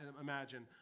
imagine